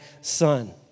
son